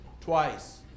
twice